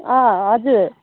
अँ हजुर